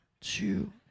two